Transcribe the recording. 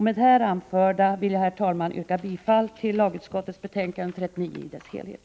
Med det här anförda vill jag, herr talman, yrka bifall till hemställan i lagutskottets betänkande 39 i dess helhet.